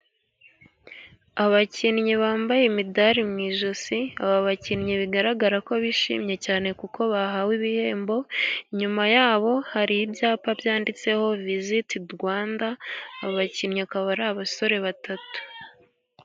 Abakinnyi bambaye imidari mu ijosi, aba bakinnyi bigaragara ko bishimye cyane kuko bahawe ibihembo, nyuma yabo hari ibyapa byanditseho visiti Rwanda, abakinnyi, akaba ari abasore batatu.